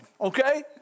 okay